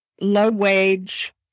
low-wage